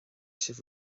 sibh